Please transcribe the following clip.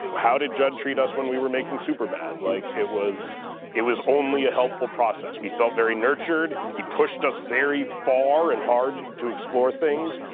how did judd treat us when we were making superbad? like, it was it was only a helpful process. we felt very nurtured. he pushed us very far and hard to explore things.